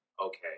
Okay